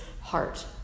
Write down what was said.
heart